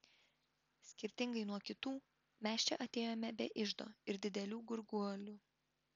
skirtingai nuo kitų mes čia atėjome be iždo ir didelių gurguolių